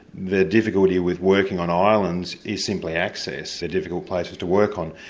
the difficulty with working on islands is simply access. they're difficult places to work on.